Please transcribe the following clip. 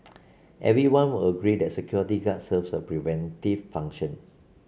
everyone will agree that security guards serve a preventive function